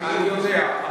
אני יודע,